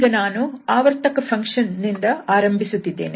ಈಗ ನಾನು ಆವರ್ತಕ ಫಂಕ್ಷನ್ ನಿಂದ ಆರಂಭಿಸುತ್ತಿದ್ದೇನೆ